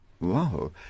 Wow